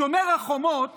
שומר החומות